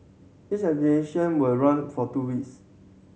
each exhibition will run for two ways